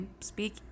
speak